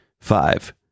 Five